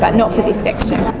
but not for this section.